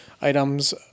items